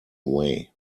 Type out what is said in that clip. way